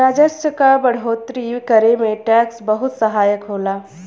राजस्व क बढ़ोतरी करे में टैक्स बहुत सहायक होला